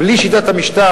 בלי שינוי שיטת המשטר,